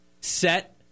set